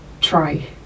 try